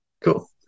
Cool